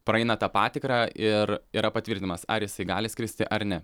praeina tą patikrą ir yra patvirtinimas ar jisai gali skristi ar ne